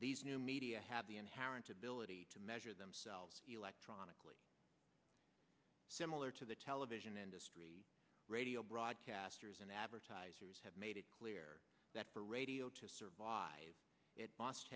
these new media have the inherent ability to measure themselves electronically similar to the television industry radio broadcasters and advertisers have made it clear that for radio to survive it must